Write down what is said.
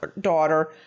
daughter